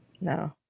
No